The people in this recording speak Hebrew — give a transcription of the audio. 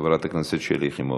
חברת הכנסת שלי יחימוביץ.